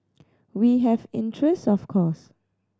we have interest of course